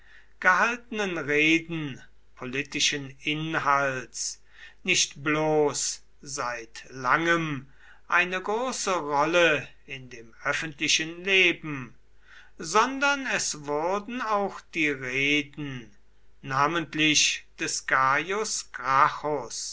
gehaltenen reden politischen inhalts nicht bloß seit langem eine große rolle in dem öffentlichen leben sondern es wurden auch die reden namentlich des